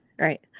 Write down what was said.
right